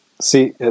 See